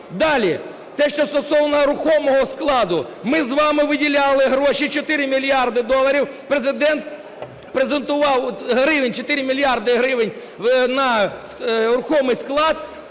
Далі. Те, що стосовно рухомого складу. Ми з вами виділяли гроші - 4 мільярди доларів, Президент презентував… гривень, 4 мільярди гривень на рухомий склад.